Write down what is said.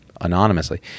anonymously